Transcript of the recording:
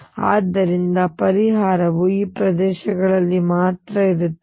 ಆದ್ದರಿಂದ ಪರಿಹಾರವು ಈ ಪ್ರದೇಶಗಳಲ್ಲಿ ಮಾತ್ರ ಇರುತ್ತದೆ